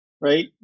right